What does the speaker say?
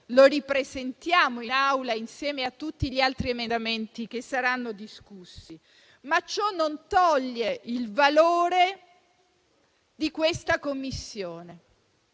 lo ripresentiamo in Aula, insieme a tutti gli altri emendamenti che saranno discussi. Ciò non toglie il valore di questa Commissione,